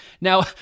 Now